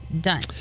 Done